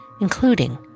including